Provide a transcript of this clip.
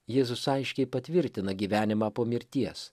jėzus aiškiai patvirtina gyvenimą po mirties